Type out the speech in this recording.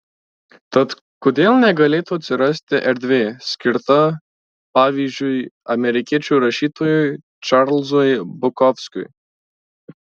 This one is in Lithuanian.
tad kodėl negalėtų atsirasti erdvė skirta pavyzdžiui amerikiečių rašytojui čarlzui bukovskiui